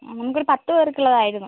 നമുക്കൊരു പത്ത് പേർക്കുള്ളതായിരുന്നു